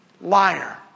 liar